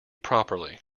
properly